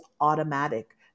automatic